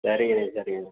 சரிங்கண்ணே சரிங்கண்ணே